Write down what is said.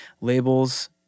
labels